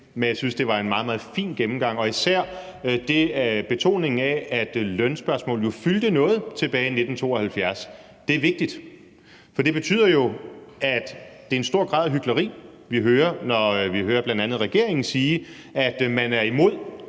men jeg synes, det var en meget, meget fin gennemgang, og det gælder især betoningen af, at lønspørgsmålet jo fyldte noget tilbage i 1972. Det er vigtigt, for det betyder jo, at det er en stor grad af hykleri, vi hører, når vi hører bl.a. regeringen sige, at man er imod,